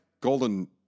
golden